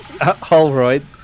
Holroyd